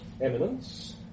eminence